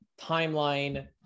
timeline